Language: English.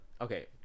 Okay